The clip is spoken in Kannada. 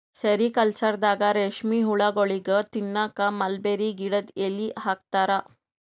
ಸೆರಿಕಲ್ಚರ್ದಾಗ ರೇಶ್ಮಿ ಹುಳಗೋಳಿಗ್ ತಿನ್ನಕ್ಕ್ ಮಲ್ಬೆರಿ ಗಿಡದ್ ಎಲಿ ಹಾಕ್ತಾರ